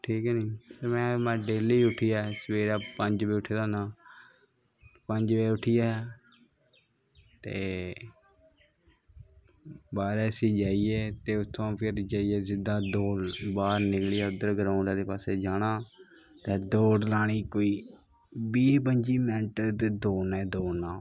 ठीक ऐ में डेल्ली सवेरैं पंज बजे उट्ठना होना पंज बजे उट्ठियै ते बाह्रै सै जाइयै ते फिर उत्थमां दा सिद्दा दौड़ बाह्र निकलियै उद्दर ग्राउंड़ आह्ले पास्से जाना ते दौड़ लानी कोी बीह् पंजी मैंट ते दौड़ना गै दौड़ना